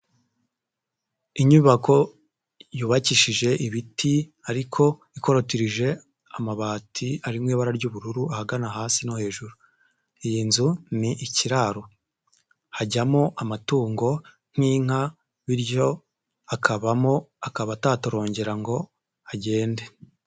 Inyubako yubakishije ibiti ariko ikorotirije amabati arimo ibara ry'ubururu ahagana hasi no hejuru, iyi nzu ni ikiraro hajyamo amatungo nk'inka bityo akabamo akaba atatorongera ngo agende.